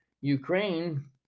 Ukraine